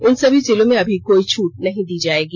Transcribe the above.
इन सभी जिलों में अभी कोई छूट नहीं दी जायेगी